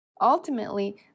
Ultimately